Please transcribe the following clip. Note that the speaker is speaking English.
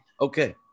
okay